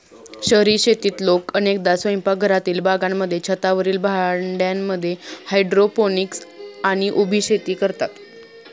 शहरी शेतीत लोक अनेकदा स्वयंपाकघरातील बागांमध्ये, छतावरील भांड्यांमध्ये हायड्रोपोनिक्स आणि उभी शेती करतात